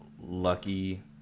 lucky